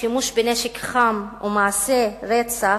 שימוש בנשק חם ומעשי רצח,